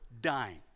dying